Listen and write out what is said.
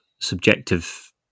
subjective